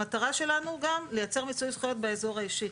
המטרה שלנו היא גם ליצור מיצוי זכויות באזור האישי.